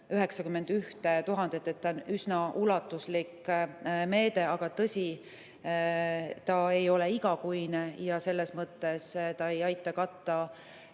91 000, nii et see on üsna ulatuslik meede. Aga tõsi, see ei ole igakuine ja selles mõttes see ei aita katta